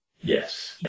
yes